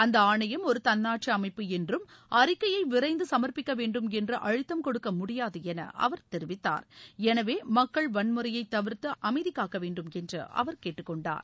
அந்த ஆணையம் ஒரு தன்னாட்சி அமைப்பு என்றும் அறிக்கையை விரைந்து சமர்ப்பிக்க வேண்டும் என்று அழுத்தம் கொடுக்க முடியாது என அவர் தெரிவித்தார் எனவே மக்கள் வன்முறையை தவிர்த்து அமைதிகாக்கவேண்டும் என்று அவர் கேட்டுக்கொண்டார்